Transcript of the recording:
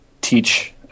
teach